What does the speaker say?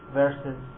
verses